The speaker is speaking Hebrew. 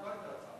לא היתה הצבעה.